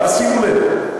אבל שימו לב,